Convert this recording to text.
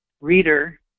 reader